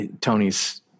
Tony's